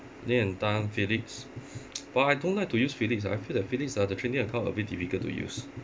lim and tan philip but I don't like to use philip ah I feel that philips ah the trading account a bit difficult to use